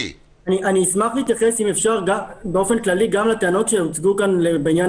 אשמח להתייחס באופן כללי גם לטענות שהוצגו כאן בעניין